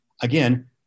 again